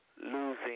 losing